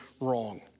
wrong